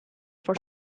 for